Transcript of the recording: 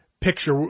picture